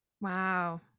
Wow